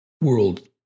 world